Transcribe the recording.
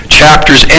chapters